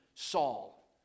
Saul